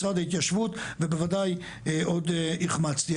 משרד ההתיישבות ובוודאי עוד החמצתי.